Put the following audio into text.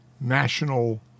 national